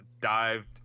dived